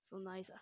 so nice ah